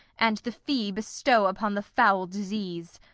and the fee bestow upon the foul disease.